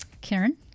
Karen